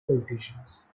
politicians